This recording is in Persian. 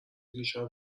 دیشب